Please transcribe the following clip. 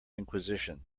inquisition